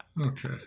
Okay